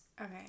Okay